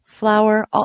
flower